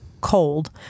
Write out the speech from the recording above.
cold